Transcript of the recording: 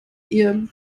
ihr